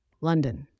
London